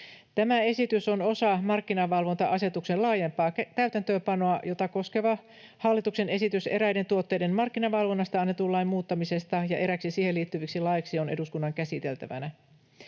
Tämä esitys on osa markkinavalvonta-asetuksen laajempaa täytäntöönpanoa, jota koskeva hallituksen esitys eräiden tuotteiden markkinavalvonnasta annetun lain muuttamisesta ja eräiksi siihen liittyviksi laeiksi on eduskunnan käsiteltävänä.